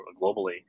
globally